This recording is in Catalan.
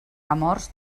amors